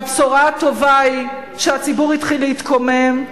הבשורה הטובה היא שהציבור התחיל להתקומם.